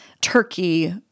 Turkey